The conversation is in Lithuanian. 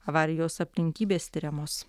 avarijos aplinkybės tiriamos